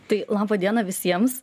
tai laba diena visiems